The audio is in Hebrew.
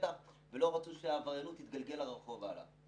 ולא רצו שהעבריינות תתגלגל הלאה לרחוב.